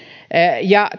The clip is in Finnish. ja